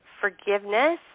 forgiveness